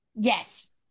Yes